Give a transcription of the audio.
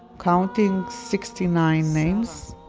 counting sixty-nine names